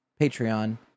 Patreon